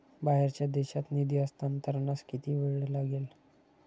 बाहेरच्या देशात निधी हस्तांतरणास किती वेळ लागेल?